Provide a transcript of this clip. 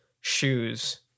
shoes